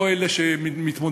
לא אלה שמתמודדים,